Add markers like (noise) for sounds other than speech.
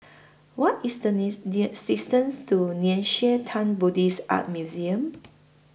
What IS The (unintelligible) distance to Nei Xue Tang Buddhist Art Museum